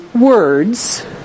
words